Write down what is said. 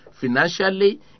financially